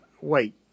wait